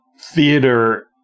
theater